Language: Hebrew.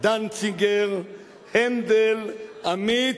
דנציגר, הנדל, עמית,